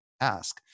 ask